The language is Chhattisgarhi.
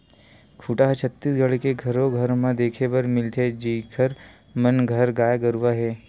खूटा ह छत्तीसगढ़ के घरो घर म देखे बर मिलथे जिखर मन घर गाय गरुवा हे